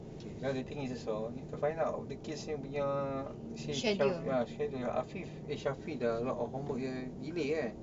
okay now the thing is need to find out the kids dia punya ah schedule affif eh shafie dah a lot of homework delay kan